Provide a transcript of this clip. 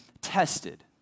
tested